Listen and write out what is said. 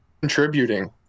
contributing